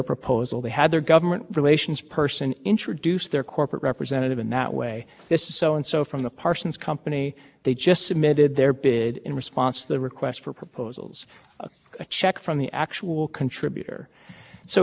functions completely no longer being served by the contribution ban and new jersey changed the rules after that just like in the last ten years a number of states have new jersey ohio connecticut why because of exactly those kind of problems even though